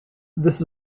this